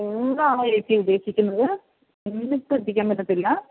ഇന്നാണോ ചേച്ചി ഉദ്ദേശിക്കുന്നത് ഇന്നിപ്പോൾ എത്തിക്കാൻ പറ്റത്തില്ല